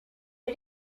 did